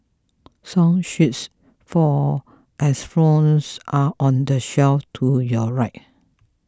song sheets for xylophones are on the shelf to your right